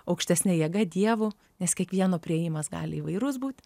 aukštesne jėga dievu nes kiekvieno priėjimas gali įvairus būt